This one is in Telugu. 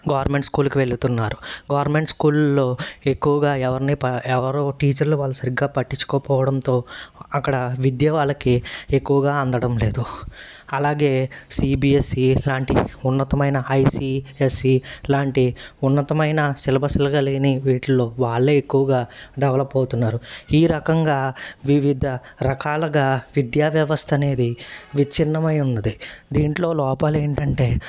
గవర్నమెంట్ స్కూల్కు వెళ్తున్నారు గవర్నమెంట్ స్కూల్లో ఎక్కువగా ఎవరిని ఎవరు టీచర్లు వాళ్ళు సరిగ్గా పట్టించుకోకపోవడంతో అక్కడ విద్య వాళ్ళకి ఎక్కువగా అందడం లేదు అలాగే సీ బీ ఎస్ ఈ లాంటి ఉన్నతమైన ఐ సీ ఎస్ సీ లాంటి ఉన్నతమైన సిలబస్సులుగా లేని వీటిల్లో వాళ్ళే ఎక్కువగా డెవలప్ అవుతున్నారు ఈ రకంగా వివిధ రకాలుగా విద్యా వ్యవస్థ అనేది విచ్ఛిన్నమై ఉన్నది దీంట్లో లోపాలు ఏంటంటే